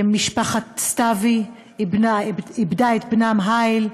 משפחת סתאוי איבדה את בנם האיל,